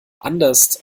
anderst